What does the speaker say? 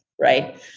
right